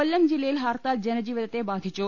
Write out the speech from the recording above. കൊല്ലം ജില്ലയിൽ ഹർത്താൽ ജനജീവിതത്തെ ബാധിച്ചു